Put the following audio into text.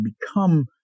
become